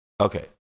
Okay